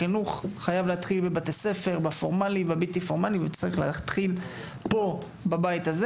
החינוך חייב להתחיל בבית הספר וצריך להתחיל פה בבית הזה.